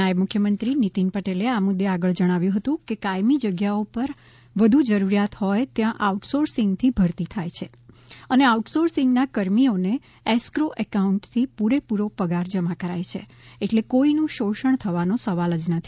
નાયબ મુખ્યમંત્રી નીતિનભાઇ પટેલે આ મુદે આગળ જણાવ્યુ હતું કે કાયમી જગ્યાઓ ઉપરાંત વધુ જરૂરિયાત હોય ત્યાં આઉટસોર્સીંગથી ભરતી થાય છે અને આઉટસોર્સીંગના કર્મીઓને એસ્કો એકાઉન્ટથી પૂરેપૂરો પગાર જમા કરાય છે આટલે કોઈ નું શોષણ થવાનો સવાલ જ નથી